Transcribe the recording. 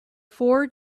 four